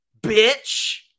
bitch